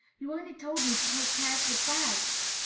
you only told me to take care of the bags.